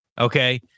Okay